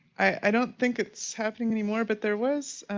i don't think it's happening anymore but there was